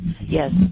Yes